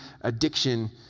addiction